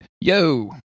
Yo